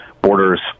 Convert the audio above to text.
borders